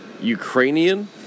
Ukrainian